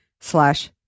slash